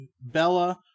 Bella